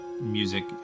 music